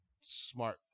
smart